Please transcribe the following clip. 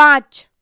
पाँच